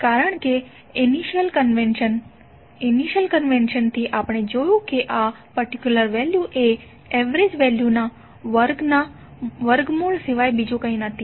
કારણ કે initial convention થી આપણે જોયું છે કે આ પર્ટિક્યુલર વેલ્યુ એ એવરેજ વેલ્યુના વર્ગના વર્ગમૂળ સિવાય બીજું કંઈ નથી